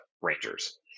Rangers